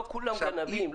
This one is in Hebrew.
לא כולם גנבים.